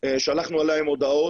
שלחנו אליהם הודעות.